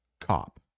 cop